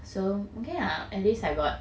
so okay lah at least I got